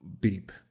beep